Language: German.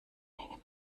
unmengen